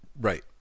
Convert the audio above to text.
Right